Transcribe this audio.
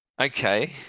Okay